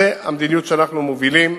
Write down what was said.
זו המדיניות שאנחנו מובילים,